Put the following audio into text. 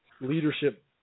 leadership